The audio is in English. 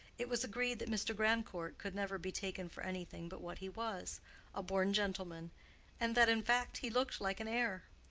it was agreed that mr. grandcourt could never be taken for anything but what he was a born gentleman and that, in fact, he looked like an heir.